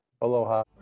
Aloha